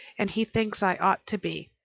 and he thinks i ought to be.